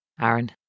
Aaron